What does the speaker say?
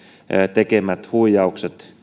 tekemät huijaukset